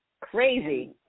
Crazy